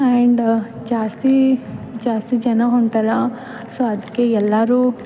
and ಜಾಸ್ತೀ ಜಾಸ್ತಿ ಜನ ಹೊಂಟಾರೆ ಸೊ ಅದಕ್ಕೆ ಎಲ್ಲರು